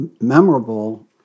memorable